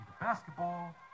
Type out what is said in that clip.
basketball